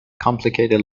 complicated